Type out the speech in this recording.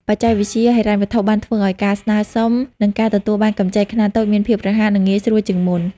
បច្ចេកវិទ្យាហិរញ្ញវត្ថុ បានធ្វើឱ្យការស្នើសុំ និងការទទួលបានកម្ចីខ្នាតតូចមានភាពរហ័ស និងងាយស្រួលជាងមុន។